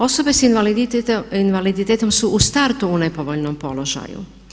Osobe s invaliditetom su u startu u nepovoljnom položaju.